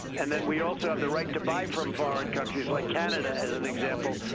and then we also have the right to buy from foreign countries like canada as an example.